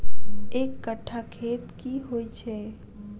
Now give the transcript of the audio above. एक कट्ठा खेत की होइ छै?